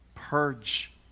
Purge